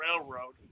railroad